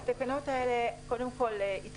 התקנות האלה התחילו